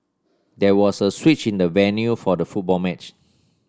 there was a switch in the venue for the football match